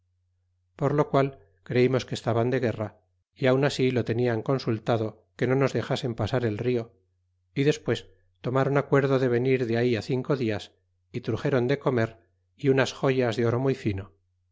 por lo qual creímos que estaban de guerra y aun así lo tenían consultado que no nos dexasen pasar cirio y despues tomaron acuerdo de venir de ahí cinco dias y truxéron de comer y unas joyas de oro muy fino y